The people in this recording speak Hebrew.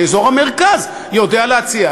כי אזור המרכז יודע להציע.